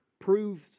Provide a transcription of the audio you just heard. proves